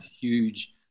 huge